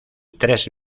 tres